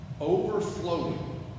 overflowing